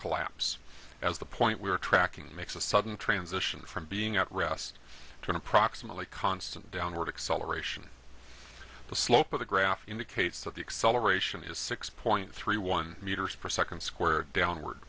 collapse as the point we are tracking makes a sudden transition from being at rest to approximately constant downward acceleration the slope of the graph indicates that the acceleration is six point three one meters per second squared downward